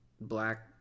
black